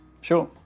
Sure